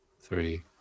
Three